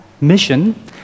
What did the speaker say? mission